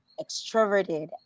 extroverted